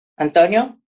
Antonio